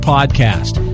Podcast